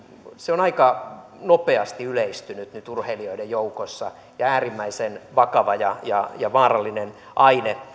on aika nopeasti yleistynyt nyt urheilijoiden joukossa ja se on äärimmäisen vakava ja ja vaarallinen aine